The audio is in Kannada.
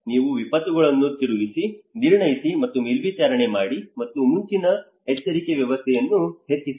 ನೀವು ವಿಪತ್ತುಗಳನ್ನು ಗುರುತಿಸಿ ನಿರ್ಣಯಿಸಿ ಮತ್ತು ಮೇಲ್ವಿಚಾರಣೆ ಮಾಡಿ ಮತ್ತು ಮುಂಚಿನ ಎಚ್ಚರಿಕೆ ವ್ಯವಸ್ಥೆಗಳನ್ನು ಹೆಚ್ಚಿಸಿ